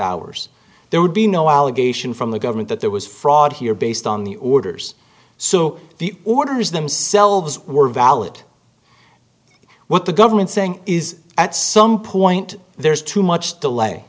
hours there would be no allegation from the government that there was fraud here based on the orders so the orders themselves were valid what the government saying is at some point there's too much